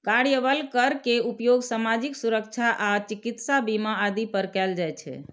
कार्यबल कर के उपयोग सामाजिक सुरक्षा आ चिकित्सा बीमा आदि पर कैल जाइ छै